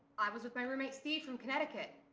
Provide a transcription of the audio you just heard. i was with my roommate steve from connecticut.